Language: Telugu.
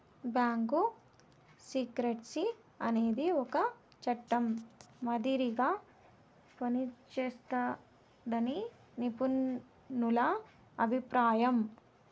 బ్యాంకు సీక్రెసీ అనేది ఒక చట్టం మాదిరిగా పనిజేస్తాదని నిపుణుల అభిప్రాయం